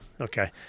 okay